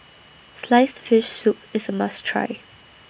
Sliced Fish Soup IS A must Try